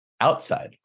outside